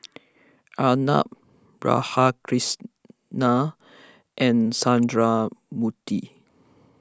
Arnab Radhakrishnan and Sundramoorthy